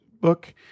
book